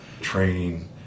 training